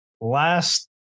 last